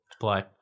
play